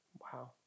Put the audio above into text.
Wow